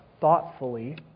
thoughtfully